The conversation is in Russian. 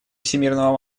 всемирного